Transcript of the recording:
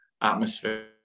atmosphere